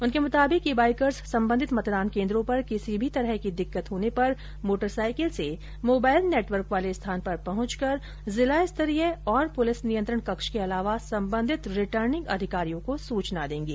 उनके मुताबिक यह बाइकर्स संबंधित मतदान केंद्र पर किसी भी प्रकार की दिक्कत होने पर मोटरसाइकिल से मोबाइल नेटवर्क वाले स्थान पर पहंच कर जिला स्तरीय एवं पुलिस नियंत्रण कक्ष के अलावा संबंधित रिटर्निंग अधिकारियों को सूचना देंगे